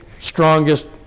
Strongest